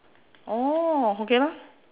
oh okay lah